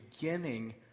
beginning